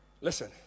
Listen